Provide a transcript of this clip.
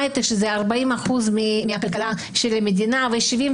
ההיי-טק שהוא 40 אחוזים מכלכלת המדינה ו-80-70